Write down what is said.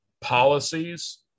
policies